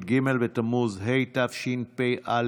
י"ג בתמוז התשפ"א